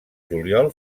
juliol